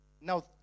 Now